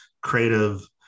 creative